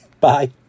Bye